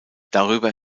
darüber